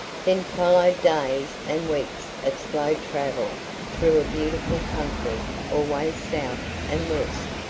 then followed days and weeks of slow travel through a beautiful country, always south and west.